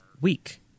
weak